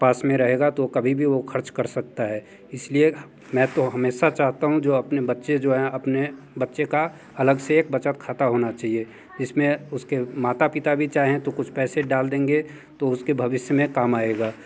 पास में रहेगा तो वो कभी भी वह ख़र्च कर सकता है इस लिए मैं तो हमेशा चाहता हूँ जो अपने बच्चे जो हैं अपने बच्चे का अलग से एक बचत खाता होना चाहिए जिस में उसके माता पिता भी चाहें तो कुछ पैसे डाल देंगे तो उसके भविष्य में काम आएगा